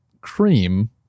cream